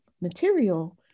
material